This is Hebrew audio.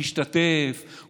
להשתתף,